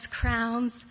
crowns